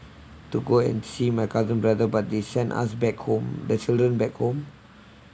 to go and see my cousin brother but they send us back home the children back home